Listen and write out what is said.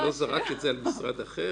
הוא זרק את זה על משרד אחר?